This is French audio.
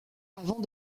avant